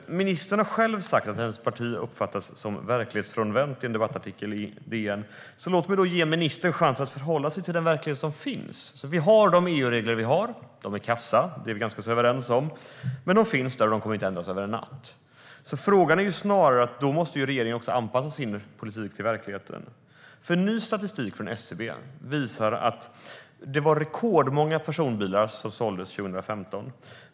Ministern har själv - i en debattartikel i DN - sagt att hennes parti har uppfattat som verklighetsfrånvänt. Låt mig då ge ministern en chans att förhålla sig till den verklighet som finns. Vi har de EUregler som vi har. De är kassa - det är vi ganska överens om - men de finns där och kommer inte är ändras över en natt. Då måste regeringen anpassa sin politik till verkligheten. Ny statistik från SCB visar att det var rekordmånga personbilar som såldes 2015.